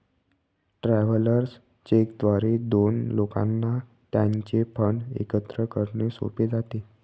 travellers cheque द्वारे दोन लोकांना त्यांचे फंड एकत्र करणे सोपे जाते